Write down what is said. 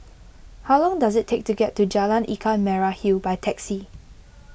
how long does it take to get to Jalan Ikan Merah Hill by taxi